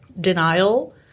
denial